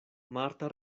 marta